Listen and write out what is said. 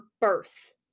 birth